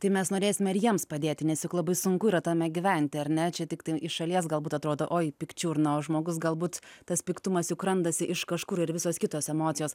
tai mes norėsime ir jiems padėti nes juk labai sunku yra tame gyventi ar ne čia tiktai iš šalies galbūt atrodo oi pikčiurna o žmogus galbūt tas piktumas juk randasi iš kažkur ir visos kitos emocijos